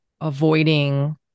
avoiding